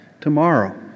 tomorrow